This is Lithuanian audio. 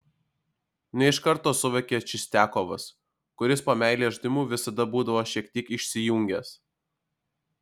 ne iš karto suvokė čistiakovas kuris po meilės žaidimų visada būdavo šiek tiek išsijungęs